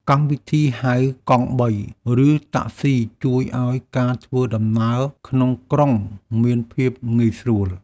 កម្មវិធីហៅកង់បី ឬតាក់ស៊ី ជួយឱ្យការធ្វើដំណើរក្នុងក្រុងមានភាពងាយស្រួល។